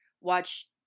Watch